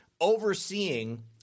overseeing